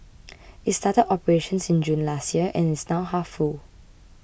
it started operations in June last year and is now half full